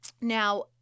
Now